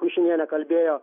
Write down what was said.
mišinienė kalbėjo